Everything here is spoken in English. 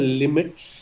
limits